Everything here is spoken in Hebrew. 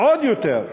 עוד יותר.